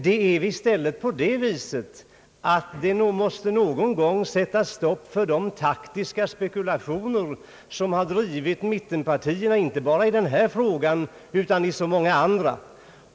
Det är i stället på det sättet att man måste någon gång sätta stopp för de taktiska spekulationer som har drivit mittenpartierna inte bara i denna utan även i så många andra frågor.